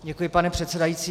Děkuji, pane předsedající.